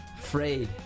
frayed